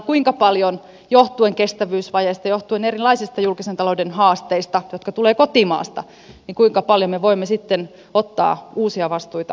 kuinka paljon johtuen kestävyysvajeesta johtuen erilaisista julkisen talouden haasteista jotka tulevat kotimaasta me voimme sitten ottaa uusia vastuita euroopasta